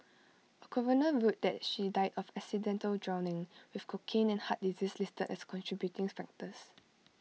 A coroner ruled that she died of accidental drowning with cocaine and heart disease listed as contributing factors